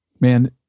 man